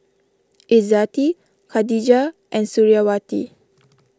Izzati Khadija and Suriawati